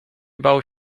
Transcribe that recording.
bał